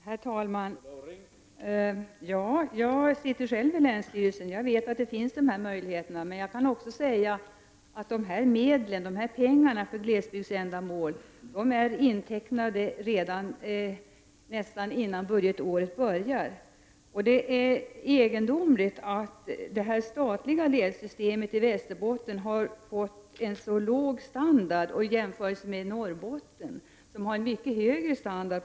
Herr talman! Jag sitter själv i länsstyrelsen, och jag vet att dessa möjligheter finns. Men jag kan också säga att dessa pengar till glesbygdsändamål är intecknade nästan redan innan budgetåret börjar. Det är egendomligt att det statliga ledsystemet i Västerbotten har fått en så låg standard i jämförelse med ledsystemet i Norrbotten, som har en mycket högre standard.